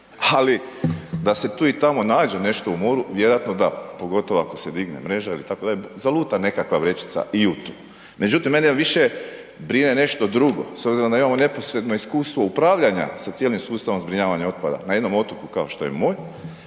ali da se tu i tamo nađe nešto u moru vjerojatno da, pogotovo ako se digne mreža itd., zaluta nekakva vrećica i u to. Međutim mene više brine nešto drugo s obzirom da imamo neposredno iskustvo upravljanja sa cijelim sustavom zbrinjavanja otpada na jednom otoku kao što je moj,